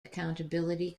accountability